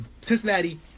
Cincinnati